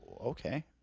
Okay